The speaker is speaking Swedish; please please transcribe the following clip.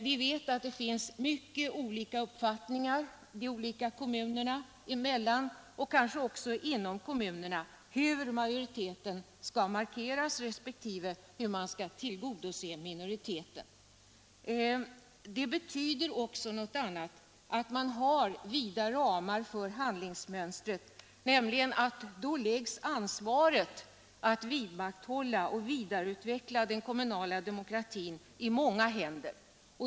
Vi vet att det finns olika uppfattningar de olika kommunerna emellan, och kanske också inom kommunerna, om hur majoriteten skall markeras resp. hur man skall tillgodose minoriteten. Det betyder också något annat, nämligen att man har vida ramar för handlingsmönstret och att ansvaret för att vidmakthålla och vidareutveckla den kommunala demokratin läggs i många händer.